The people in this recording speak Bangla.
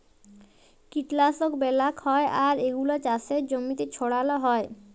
কীটলাশক ব্যলাক হ্যয় আর এগুলা চাসের জমিতে ছড়াল হ্য়য়